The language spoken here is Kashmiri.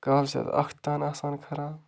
کالہٕ چھِ اَتھ اَکھ تان آسان خراب